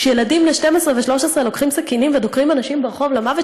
כשילדים בני 12 ו-13 לוקחים סכינים ודוקרים אנשים ברחוב למוות,